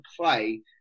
play